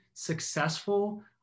successful